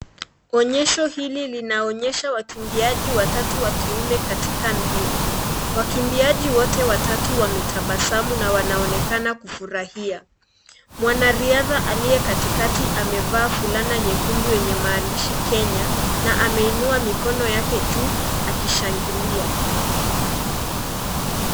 Onyesho hili linaonyesha wakimbiaji watatu wa kiume katika mbio, wakimbiaji wote watatu wametabasamu na wanaonekana kufurahia, mwanariadha aliye katikati amevaa furana nyekundu yenye maandishi Kenya, na ameinua mikono yake juu, akishangilia.